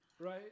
Right